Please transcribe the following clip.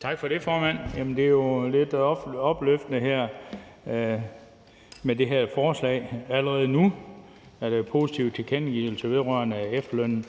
Tak for det, formand. Det er jo lidt opløftende her med det her forslag, for allerede nu er der positive tilkendegivelser vedrørende efterlønnen.